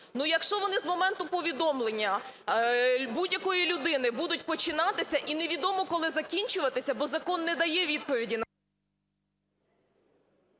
якщо вони з моменту повідомлення будь-якої людини будуть починатися і невідомо коли закінчуватися, бо закон не дає відповіді на…